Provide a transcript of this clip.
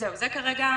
זה כרגע